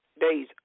days